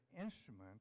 instrument